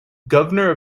governor